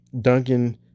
Duncan